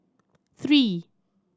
three